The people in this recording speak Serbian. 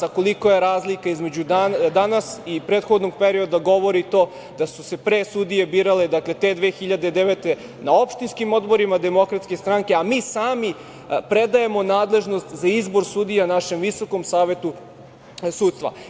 A kolika je razlika između danas i prethodnog perioda govori to da su se pre sudije birale, dakle te 2009. godine, na opštinskim odborima DS, a mi sami predajemo nadležnost za izbor sudija našem Visokom savetu sudstva.